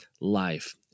life